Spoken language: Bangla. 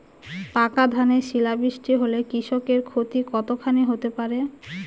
পাকা ধানে শিলা বৃষ্টি হলে কৃষকের ক্ষতি কতখানি হতে পারে?